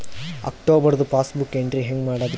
ಅಕ್ಟೋಬರ್ದು passbook entry ಹೆಂಗ್ ಮಾಡದ್ರಿ?